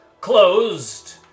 Closed